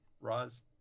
roz